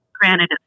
granted